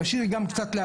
תשאירי גם קצת לאחרים.